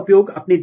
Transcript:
तो कैसे करें